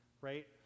right